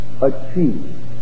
achieve